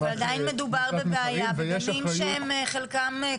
אבל עדיין מדובר בבעיה בגנים שהם חלקם,